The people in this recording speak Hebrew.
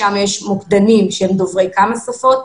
שם יש מוקדנים שהם דוברי כמה שפות,